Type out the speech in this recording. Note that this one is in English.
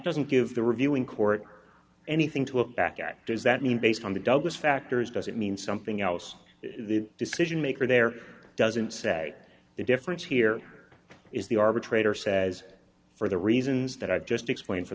doesn't give the reviewing court anything to a back actors that mean based on the douglas factors does it mean something else the decision maker there doesn't say the difference here is the arbitrator says for the reasons that i've just explained for